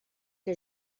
que